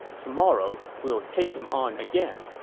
tomorrow we will take him on again.